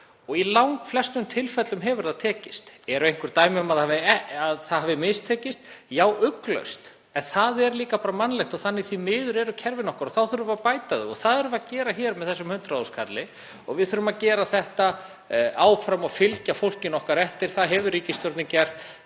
og í langflestum tilfellum hefur það tekist. Eru einhver dæmi um að það hafi mistekist? Já, ugglaust. En það er líka bara mannlegt og því miður eru kerfin okkar þannig og þá þurfum við að bæta þau. Það erum við að gera hér með þessum 100.000 kalli og við þurfum að gera þetta áfram og fylgja fólkinu okkar eftir. Það hefur ríkisstjórnin gert,